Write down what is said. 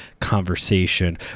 conversation